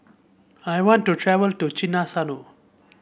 I want to travel to Chisinau